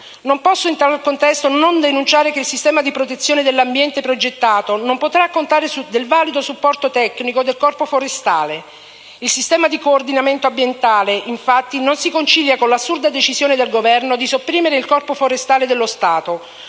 Non posso in tale contesto non denunciare che il sistema di protezione dell'ambiente progettato, non potrà contare sul valido supporto tecnico del Corpo forestale. Il sistema di coordinamento ambientale, infatti, non si concilia con l'assurda decisione del Governo di sopprimere il Corpo forestale dello Stato,